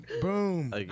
Boom